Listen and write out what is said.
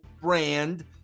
brand